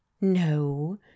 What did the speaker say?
no